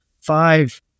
five